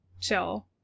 chill